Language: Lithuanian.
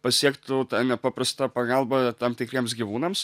pasiektų ta nepaprasta pagalba tam tikriems gyvūnams